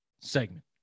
segment